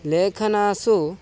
लेखनेषु